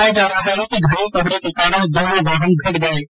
बताया जा रहा है कि घने कोहरे के कारण दोनो वाहन भिड गये